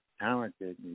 talented